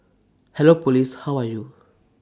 hello Police how are you